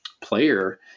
player